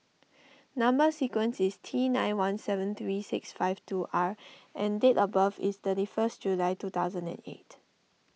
Number Sequence is T nine one seven three six five two R and date of birth is thirty first July two thousand and eight